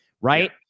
Right